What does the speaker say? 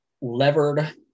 levered